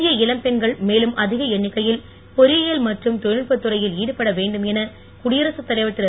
இந்திய இளம் பெண்கள் மேலும் அதிக எண்ணிக்கையில் பொறியியல் மற்றும் தொழில்நுட்பத் துறையில் ஈடுபட வேண்டும் என குடியரசுத் தலைவர் திரு